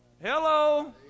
hello